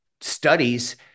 studies